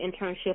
internship